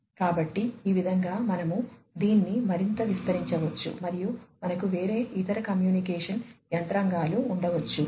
కాబట్టి ఈ విధంగా మనము దీన్ని మరింత విస్తరించవచ్చు మరియు మనకు వేరే ఇతర కమ్యూనికేషన్ యంత్రాంగాలు ఉండవచ్చు